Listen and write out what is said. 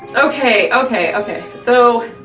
okay, okay, okay. so.